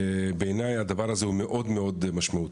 בעיניי הדבר הזה הוא מאוד מאוד משמעותי.